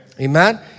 Amen